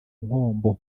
nkombo